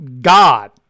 God